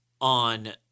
on